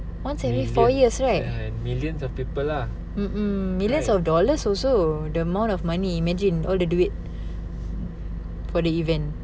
ya millions of people lah